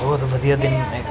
ਬਹੁਤ ਵਧੀਆ ਦਿਨ